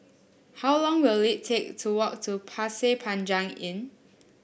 how long will it take to walk to Pasir Panjang Inn